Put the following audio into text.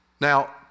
Now